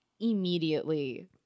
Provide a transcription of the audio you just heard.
immediately